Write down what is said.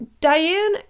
Diane